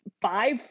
five